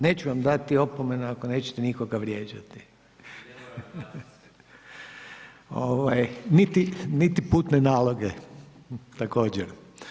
Neću vam dati opomenu ako nećete nikoga vrijeđati niti putne naloge također.